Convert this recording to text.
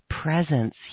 presence